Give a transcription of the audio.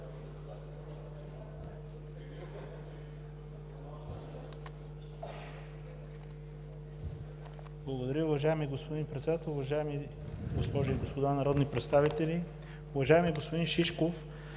Благодаря, уважаеми господин Председател! Уважаеми госпожи и господа народни представители! Уважаеми господин Шишков,